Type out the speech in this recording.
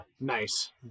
nice